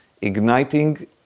igniting